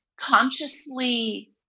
consciously